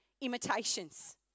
imitations